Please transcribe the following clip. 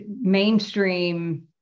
mainstream